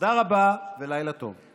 תודה רבה ולילה טוב.